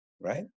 right